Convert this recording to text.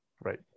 Right